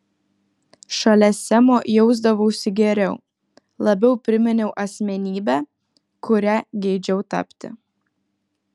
šalia semo jausdavausi geriau labiau priminiau asmenybę kuria geidžiau tapti